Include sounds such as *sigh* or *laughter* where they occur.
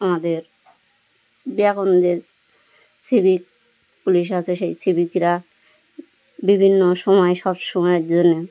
আমাদের *unintelligible* যে civic police আছে সেই সিভিকরা বিভিন্ন সময় সব সময়ের জন্য